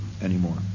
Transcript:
anymore